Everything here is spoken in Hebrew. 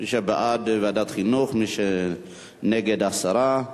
מי שבעד, ועדת חינוך, מי שנגד, הסרה.